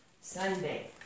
Sunday